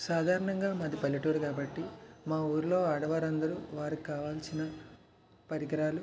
సాధారణంగా మాది పల్లెటూరు కాబట్టి మా ఊరిలో ఆడవారు అందరు వారికి కావాల్సిన పరికరాలు